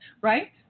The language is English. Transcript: right